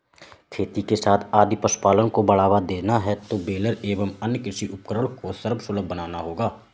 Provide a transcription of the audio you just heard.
खेती के साथ यदि पशुपालन को बढ़ावा देना है तो बेलर एवं अन्य कृषि उपकरण को सर्वसुलभ बनाना होगा